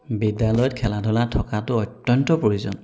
বিদ্যালয়ত খেলা ধূলা থকাটো অত্যন্ত প্ৰয়োজন